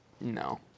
no